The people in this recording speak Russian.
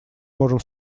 можем